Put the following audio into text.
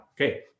Okay